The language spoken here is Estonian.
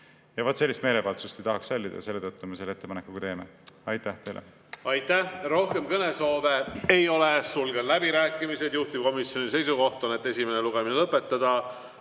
Ja vaat sellist meelevaldsust ei tahaks sallida, seetõttu me selle ettepaneku ka teeme. Aitäh teile! Aitäh! Rohkem kõnesoove ei ole, sulgen läbirääkimised. Juhtivkomisjoni seisukoht on, et esimene lugemine lõpetada.